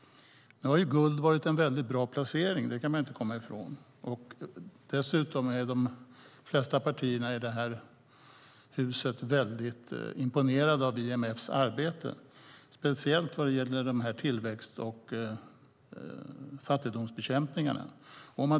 Nu har guld varit en väldigt bra placering, det kan man inte komma ifrån. Dessutom är de flesta partierna i det här huset väldigt imponerade av IMF:s arbete, speciellt vad gäller tillväxt och fattigdomsbekämpning.